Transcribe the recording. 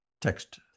Text